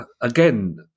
again